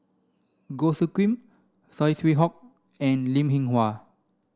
Goh Soo Khim Saw Swee Hock and Linn In Hua